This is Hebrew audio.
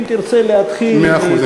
אם תרצה להתחיל, מאה אחוז.